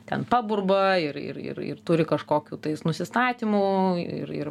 ten paburba ir ir ir ir turi kažkokių nusistatymų ir ir